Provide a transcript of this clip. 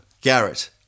Garrett